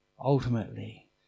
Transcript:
ultimately